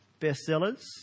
bestsellers